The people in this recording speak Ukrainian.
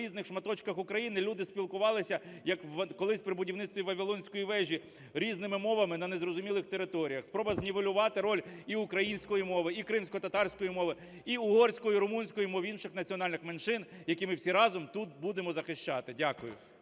в різних шматочках України люди спілкувалися, як колись при будівництві Вавилонської вежі, різними мовами на незрозумілих територіях, спроба знівелювати роль і української мови, і кримськотатарської мови, і угорської, румунської мов, інших національних меншин, які ми всі разом тут будемо захищати. Дякую.